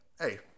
hey